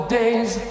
days